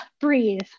breathe